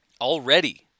already